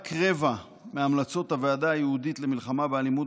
רק רבע מהמלצות הוועדה הייעודית למלחמה באלימות